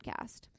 podcast